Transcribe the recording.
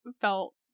felt